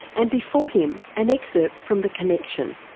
and before him, an excerpt from the connection.